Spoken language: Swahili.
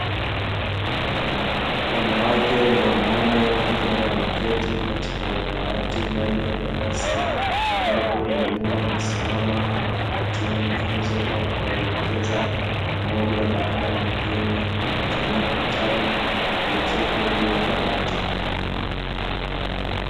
Wanawake na wanaume wakiwa wameketi katika madawati ndani ya darasa ambapo mwalimu amesimama anawapatia mafunzo au kuwaelekeza mmoja baada ya mwingine kwa kutumia kitabu kilichopo juu ya dawati